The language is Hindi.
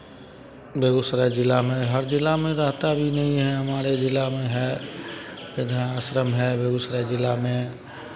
बेगूसराय जिला में हर जिला में रहता भी नहीं है हमारे जिला में है वृद्धाश्रम है बेगूसराय जिला में